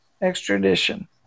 Extradition